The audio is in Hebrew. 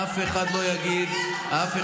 אף אחד לא יגיד, אפשר להתווכח, אבל מה זה עוזר?